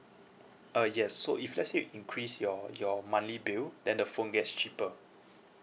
uh yes so if let's say you increase your your monthly bill then the phone gets cheaper